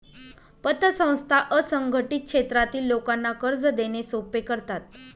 पतसंस्था असंघटित क्षेत्रातील लोकांना कर्ज देणे सोपे करतात